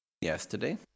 yesterday